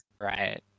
Right